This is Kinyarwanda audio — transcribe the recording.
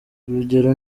urugero